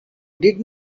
did